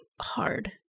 hard